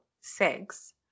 sex